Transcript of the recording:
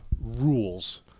rules